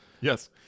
Yes